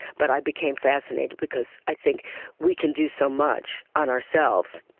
but i became fascinated because i think we can do so much on ourselves.